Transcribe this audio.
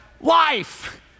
life